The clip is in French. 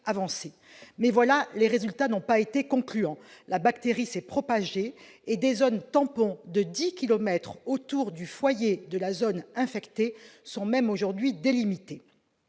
avancée. Toutefois, les résultats n'ont pas été concluants : la bactérie s'est propagée et des zones « tampons » de dix kilomètres autour du foyer de la zone infectée sont même aujourd'hui délimitées.